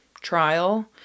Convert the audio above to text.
trial